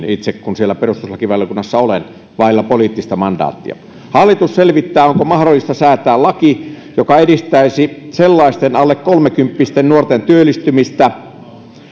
itsekin perustuslakivaliokunnassa olen vailla poliittista mandaattia hallitus selvittää onko mahdollista säätää laki joka edistäisi sellaisten alle kolmekymppisten nuorten työllistymistä